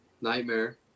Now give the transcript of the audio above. Nightmare